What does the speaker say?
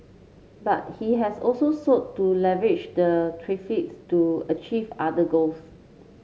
but he has also sought to leverage the tariffs to achieve other goals